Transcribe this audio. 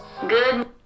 Good